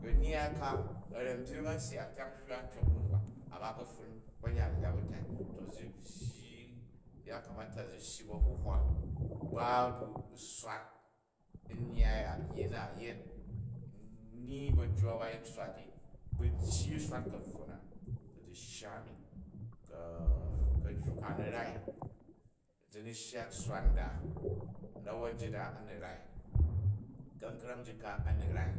Noyyai ka a̱ra̱mbyring an syak kyang hywa a̱nityok nu ba amma ka̱pfuni konyan a yya ba̱tar. To zi byyi, yakamata ziyya a̱huhwa ba bu swat nnyyai a̱, nyyi na yet nyyi bayyu ba, ba yin swat ni, bu tyyi u swat ka̱pfuna ku zi shya tsswa nda, na̱wor njit a a̱ni rai ka̱nkrang njit ka a̱ni rai.